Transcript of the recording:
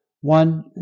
One